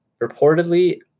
reportedly